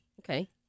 Okay